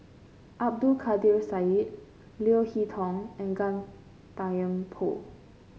Abdul Kadir Syed Leo Hee Tong and Gan Thiam Poh